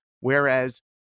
Whereas